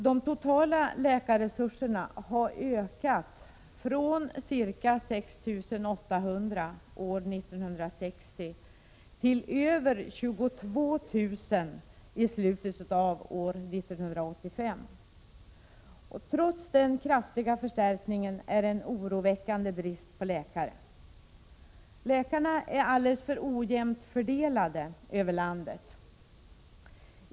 De totala läkarresurserna har ökat från ca 6 800 år 1960 till över 22 000 i slutet av år 1985. Trots den kraftiga förstärkningen är det en oroväckande brist på läkare. Läkarna är alldeles för ojämnt fördelade över landet.